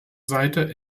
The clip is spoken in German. seite